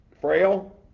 Frail